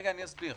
רגע, אני אסביר.